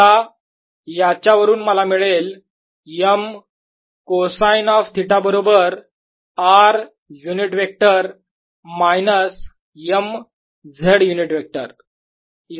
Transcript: आता याच्यावरून मला मिळेल m कोसाइन ऑफ थिटा बरोबर r unit vector minus m z unit vector